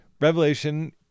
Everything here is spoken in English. Revelation